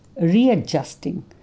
readjusting